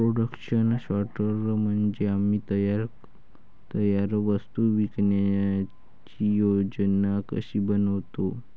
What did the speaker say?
production सॉर्टर म्हणजे आम्ही तयार वस्तू विकण्याची योजना कशी बनवतो